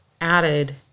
added